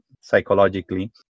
psychologically